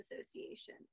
Association